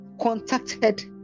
contacted